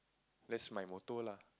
that's my motto lah